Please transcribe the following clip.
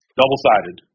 double-sided